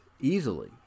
easily